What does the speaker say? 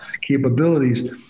capabilities